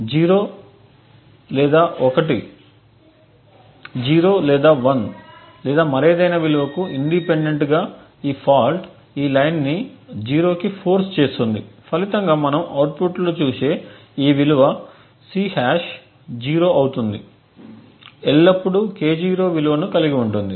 0 లేదా 1 లేదా మరేదైనా విలువకు ఇండిపెండెంట్ గా ఈ ఫాల్ట్ ఈ లైన్ ని 0 కి ఫోర్స్ చేస్తుంది ఫలితంగా మనం అవుట్పుట్లో చూసే ఈ విలువ C హాష్ 0 అవుతుంది ఎల్లప్పుడూ K0 విలువను కలిగి ఉంటుంది